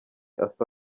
asa